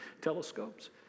telescopes